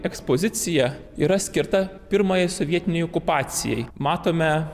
ekspozicija yra skirta pirmajai sovietinei okupacijai matome